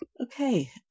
Okay